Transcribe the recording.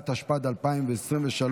התשפ"ד 2023,